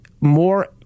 more